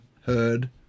heard